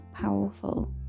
powerful